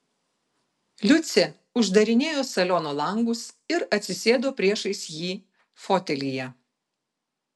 liucė uždarinėjo saliono langus ir atsisėdo priešais jį fotelyje